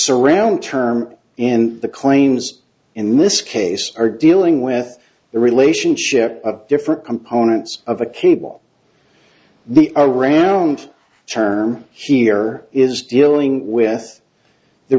surround term and the claims in this case are dealing with the relationship of different components of a cable the around term she or is dealing with the